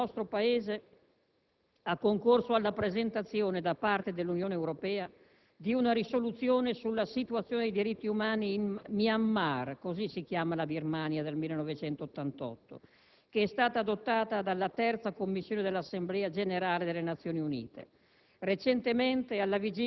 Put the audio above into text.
Sul piano internazionale, il nostro Paese ha concorso alla presentazione da parte dell'Unione europea di una risoluzione sulla situazione dei diritti umani in Myanmar, così si chiama la Birmania dal 1988, che è stata adottata dalla Terza Commissione dell'Assemblea generale delle Nazioni Unite.